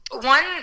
one